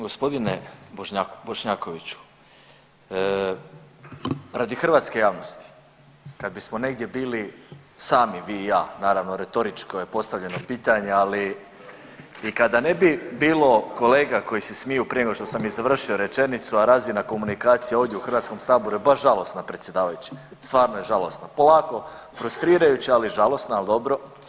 Gospodine Bošnjakoviću, radi hrvatske javnosti kad bismo negdje bili sami vi i ja naravno retoričko je postavljeno pitanje, ali i kada ne bi bilo kolega koji se smiju prije nego što sam i završio rečenicu, a razina komunikacije ovdje u HS je baš žalosna predsjedavajući, stvarno je žalosna, polako frustrirajuća, ali je žalosna, ali dobro.